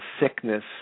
sickness